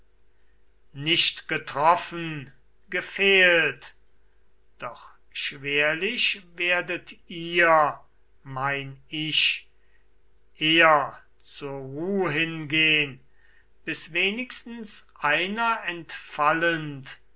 nicht getroffen gefehlt doch schwerlich werdet ihr mein ich eher zur ruh hingehn bis wenigstens einer entfallend